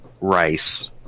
rice